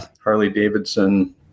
Harley-Davidson